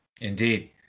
Indeed